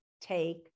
take